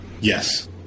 Yes